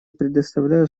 предоставлю